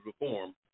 reform